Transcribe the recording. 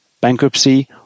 bankruptcy